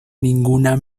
ninguna